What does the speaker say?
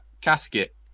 casket